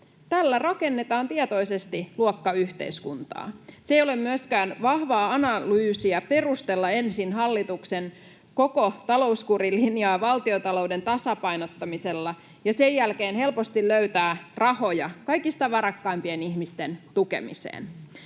Tällä rakennetaan tietoisesti luokkayhteiskuntaa. Ei ole myöskään vahvaa analyysiä ensin perustella hallituksen koko talouskurilinjaa valtiontalouden tasapainottamisella ja sen jälkeen helposti löytää rahoja kaikista varakkaimpien ihmisten tukemiseen.